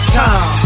time